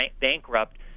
bankrupt